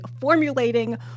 formulating